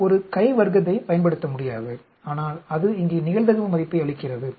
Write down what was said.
நாம் ஒரு கை வர்க்கத்தைப் பயன்படுத்த முடியாது ஆனால் அது இங்கே நிகழ்தகவு மதிப்பை அளிக்கிறது